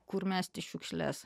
kur mesti šiukšles